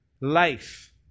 life